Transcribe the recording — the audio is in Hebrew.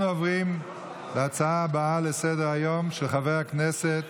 אנחנו עוברים להצעה הבאה בסדר-היום, של חבר הכנסת